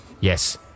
yes